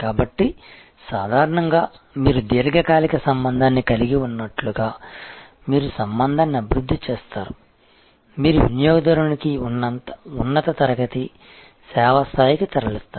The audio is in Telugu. కాబట్టి సాధారణంగా మీరు దీర్ఘకాలిక సంబంధాన్ని కలిగి ఉన్నట్లుగా మీరు సంబంధాన్ని అభివృద్ధి చేస్తారు మీరు వినియోగదారుడుని ఉన్నత తరగతి సేవ స్థాయికి తరలిస్తారు